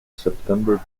september